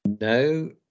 No